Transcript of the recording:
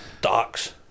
Docks